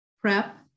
prep